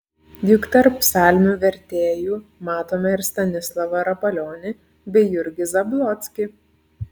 juk tarp psalmių vertėjų matome ir stanislavą rapalionį bei jurgį zablockį